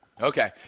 Okay